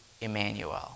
Emmanuel